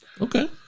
okay